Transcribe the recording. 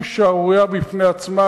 היא שערורייה בפני עצמה,